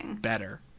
better